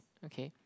okay